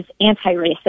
anti-racist